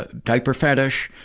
ah diaper fetish,